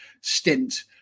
stint